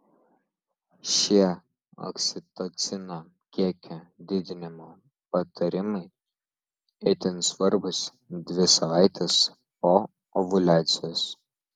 šie oksitocino kiekio didinimo patarimai itin svarbūs dvi savaites po ovuliacijos